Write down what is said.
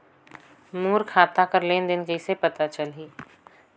मोर खाता कर लेन देन कइसे पता चलही?